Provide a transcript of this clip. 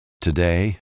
Today